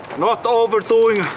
not overdoing,